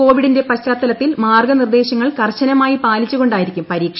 കോവിഡിന്റെ പശ്ചാത്തലത്തിൽ മാർഗ്ഗനിർദ്ദേശങ്ങൾ കർശനമായി പാലിച്ചുകൊണ്ടായിരിക്കും പരീക്ഷ